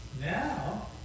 Now